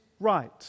Right